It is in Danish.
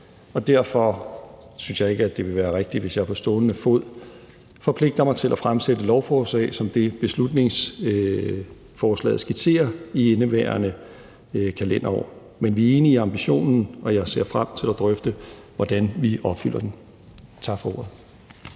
og derfor synes jeg ikke, det vil være rigtigt, hvis jeg på stående fod forpligter mig til at fremsætte lovforslag som det, som beslutningsforslaget skitserer, i indeværende kalenderår. Men vi er enige i ambitionen, og jeg ser frem til at drøfte, hvordan vi opfylder den. Tak for ordet.